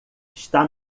está